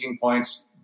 points